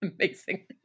Amazing